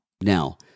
Now